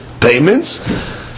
payments